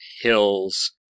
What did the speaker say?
hills